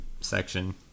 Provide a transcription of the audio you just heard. section